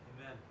Amen